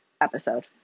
episode